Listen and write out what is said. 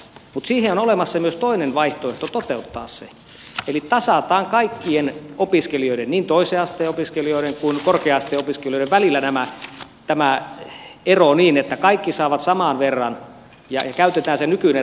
mutta siihen on olemassa myös toinen vaihtoehto toteuttaa se eli tasataan kaikkien opiskelijoiden niin toisen asteen opiskelijoiden kuin korkea asteen opiskelijoiden välillä tämä ero niin että kaikki saavat saman verran ja käytetään se nykyinen raha siihen